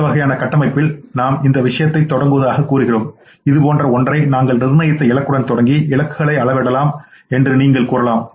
இந்த வகையான கட்டமைப்பில் நாம் இந்த விஷயத்தைத் தொடங்குவதாகக் கூறுகிறோம் இது போன்ற ஒன்றை நாங்கள் நிர்ணயித்த இலக்குகளுடன் தொடங்கி இலக்குகளை அளவிடலாம் என்று நீங்கள் கூறலாம்